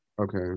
Okay